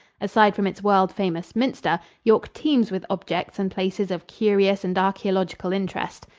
aside from its world-famous minster, york teems with objects and places of curious and archaeological interest.